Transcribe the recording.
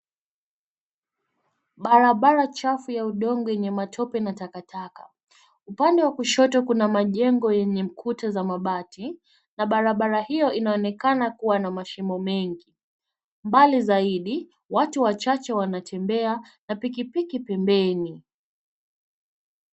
Barabara chafu ya udongo yenye matope na takataka. Upande wa kushoto kuna majengo yenye kuta za mabati na barabara hiyo inaonekana kuwa na mashimo mengi. Mbali zaidi watu wachache wanatembea na pikipiki pembeni.